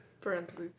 parentheses